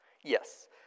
Yes